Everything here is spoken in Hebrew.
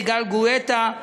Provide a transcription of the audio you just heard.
יגאל גואטה,